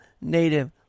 Native